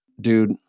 dude